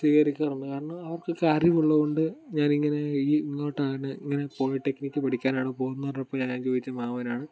സ്വീകരിക്കാറുണ്ട് കാരണം അവർക്കൊക്കെ അറിവുള്ളത് കൊണ്ട് ഞാൻ ഇങ്ങനെ ഈ ഇങ്ങോട്ടാണ് ഇങ്ങനെ പോളി ടെക്നിക് പഠിക്കാനാണ് പോകുന്നത് എന്ന് പറഞ്ഞപ്പോൾ ഞാൻ ചോദിച്ചു മാമനാണ്